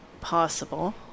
Possible